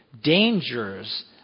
dangers